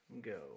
Go